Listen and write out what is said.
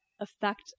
affect